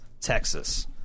Texas